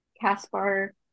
caspar